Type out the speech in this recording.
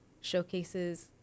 showcases